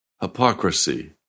hypocrisy